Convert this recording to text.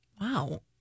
Wow